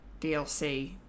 DLC